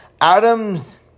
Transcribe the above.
Adam's